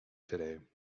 today